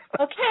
Okay